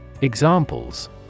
Examples